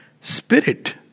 spirit